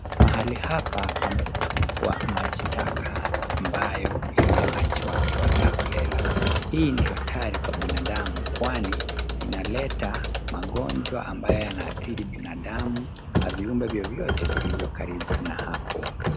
Mahali hapa pametupwa maji taka ambayo, yameachwa kiholela holela. Hii ni hatari kwa binadamu kwani inaleta magonjwa ambayo inaathiri binadamu, na viumbe vyovyote, vilivyo karibu na hapo.